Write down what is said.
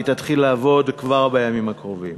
היא תתחיל לעבוד כבר בימים הקרובים.